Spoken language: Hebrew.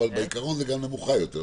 אבל בעיקרון זה גם נמוכה יותר,